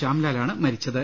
ശ്യാംലാലാണ് മരിച്ചത്